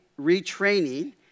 retraining